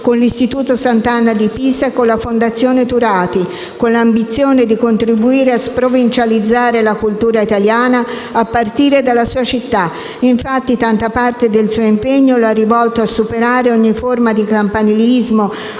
con l'istituto Sant'Anna di Pisa e con la Fondazione Turati, con l'ambizione di contribuire a sprovincializzare la cultura italiana, a partire dalla sua città. Ha infatti rivolto tanta parte del suo impegno a superare ogni forma di campanilismo della